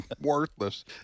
worthless